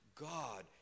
God